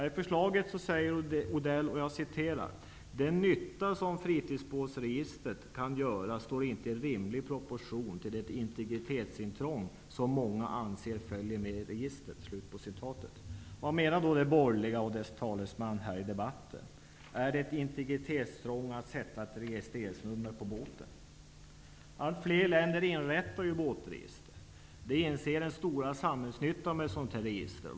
I förslaget säger Mats Odell: Den nytta som fritidsbåtsregistret kan göra står inte i rimlig proportion till det integritetsintrång som många anser följer med registret. Vad menar de borgerliga och dess talesman här i debatten? Är det ett integritetsintrång att sätta ett reistreringsnummer på båten? Allt fler länder inrättar ju båtregister, och de inser den stora samhällsnyttan med ett sådant register.